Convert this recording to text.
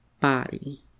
body